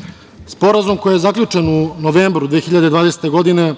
drugo. Sporazum koji je zaključen u novembru 2020. godine